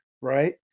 right